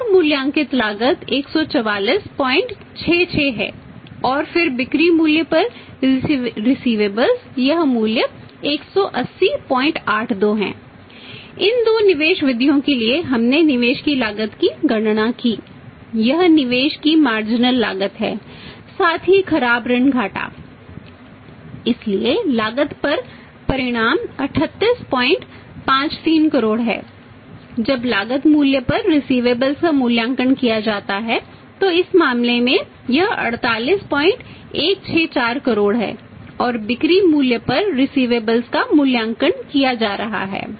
और मूल्यांकित लागत 14466 है और फिर बिक्री मूल्य पर रिसिवेबल्स का मूल्यांकन किया जा रहा है